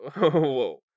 whoa